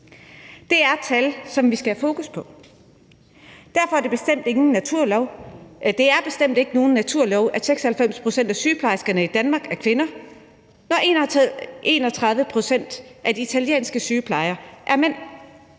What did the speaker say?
Det er tal, som vi skal have fokus på. Det er bestemt ikke nogen naturlov, at 96 pct. af sygeplejerskerne i Danmark er kvinder, når 31 pct. af de italienske sygeplejere er mænd.